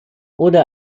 oder